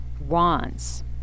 wands